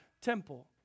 temple